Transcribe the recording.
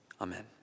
Amen